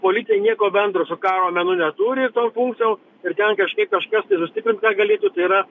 policija nieko bendro su karo menu neturi tom funkcijom ir ten kažkaip kažkas sustiprint ką galėtų tai yra